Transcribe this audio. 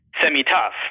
Semi-Tough